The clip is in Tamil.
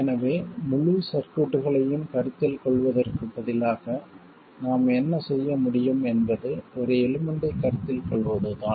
எனவே முழு சர்க்யூட்களையும் கருத்தில் கொள்வதற்குப் பதிலாக நாம் என்ன செய்ய முடியும் என்பது ஒரு எலிமெண்ட்டைக் கருத்தில் கொள்வதுதான்